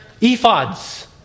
ephods